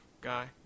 guy